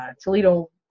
Toledo